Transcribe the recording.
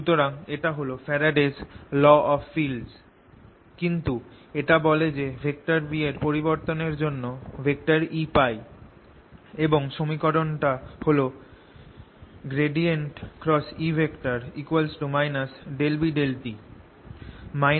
সুতরাং এটা হল Faradays law of fields কিন্তু এটা বলে যে B এর পরিবর্তনের জন্য E পাই এবং সমীকরণটা হল ∂B∂t